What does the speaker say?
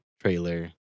trailer